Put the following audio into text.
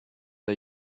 day